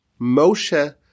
Moshe